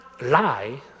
lie